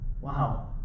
Wow